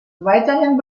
weiterhin